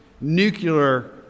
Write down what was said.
nuclear